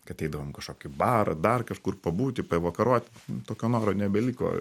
kad eidavom į kažkokį barą dar kažkur pabūti pavakarot tokio noro nebeliko